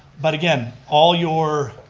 but again, all your